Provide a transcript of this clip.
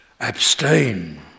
Abstain